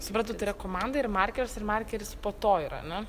supratau tai yra komanda yra markeris ir markeris po to yra ane